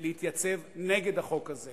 להתייצב נגד החוק הזה.